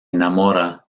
enamora